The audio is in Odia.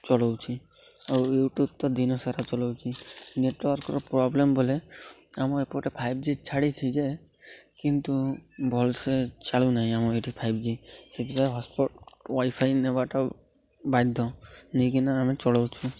ଚଲଉଛି ଆଉ ୟୁଟ୍ୟୁବ ତ ଦିନ ସାରା ଚଲଉଛି ନେଟୱାର୍କର ପ୍ରୋବ୍ଲେମ ବଲେ ଆମ ଏପଟେ ଫାଇବ ଜି ଛାଡ଼ିଛି ଯେ କିନ୍ତୁ ଭଲସେ ଚାଲୁ ନାହିଁ ଆମ ଏଇଠି ଫାଇବ ଜି ସେଥିପାଇଁ ହଟ୍ସ୍ପଟ ୱାଇଫାଇ ନେବାଟା ବାଧ୍ୟ ନେଇକିନା ଆମେ ଚଲଉଛୁ